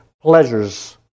pleasures